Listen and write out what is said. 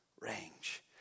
range